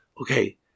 okay